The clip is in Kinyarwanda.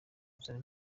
kuzana